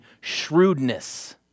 shrewdness